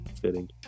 fitting